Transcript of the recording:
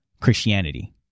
Christianity